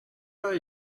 are